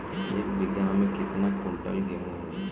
एक बीगहा में केतना कुंटल गेहूं होई?